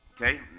okay